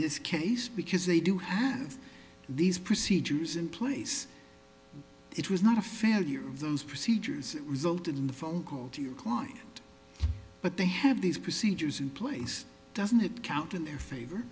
this case because they do have these procedures in place it was not a failure of those procedures result in the phone call to your client but they have these procedures in place doesn't it count in their favor